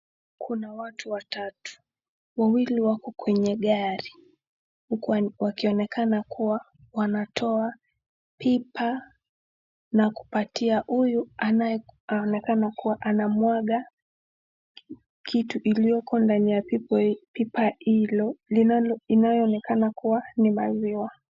Kuna watu watatu, Wawili wako kwenye gari huku wakionekana kuwa wanatoa pipa na kupatia huyu anayeonekana kuwa kumwaga kitu iliyoko kwa pipa hilo inayo onekana kuwa ni maziwa.